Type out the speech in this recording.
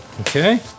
Okay